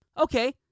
Okay